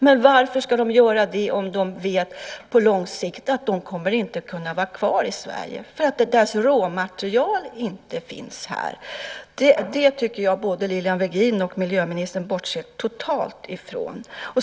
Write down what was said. Men varför ska de göra det om de vet att de på lång sikt inte kommer att kunna vara kvar i Sverige därför att deras råmaterial inte finns här? Det tycker jag att både Lilian Virgin och miljöministern bortser totalt ifrån.